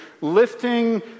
lifting